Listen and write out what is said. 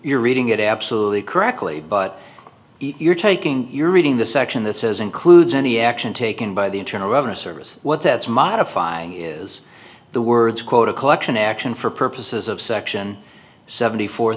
reading it absolutely correctly but you're taking you're reading the section that says includes any action taken by the internal revenue service what that's modifying is the words quote a collection action for purposes of section seventy four